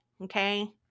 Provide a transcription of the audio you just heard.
Okay